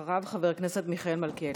אחריו, חבר הכנסת מיכאל מלכיאלי.